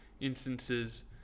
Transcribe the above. instances